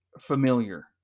familiar